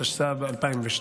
התשס"ב 2002,